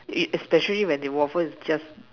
it especially when the waffle is just